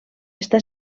està